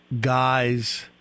guys